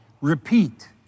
repeat